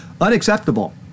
unacceptable